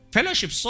Fellowship